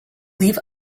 leave